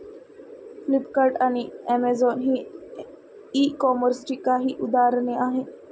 Flipkart आणि Amazon ही e कॉमर्सची काही उदाहरणे आहे